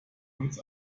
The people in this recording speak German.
uns